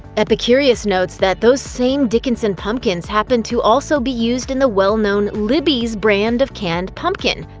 epicurious notes that those same dickinson pumpkins happen to also be used in the well-known libby's brand of canned pumpkin.